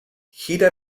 gira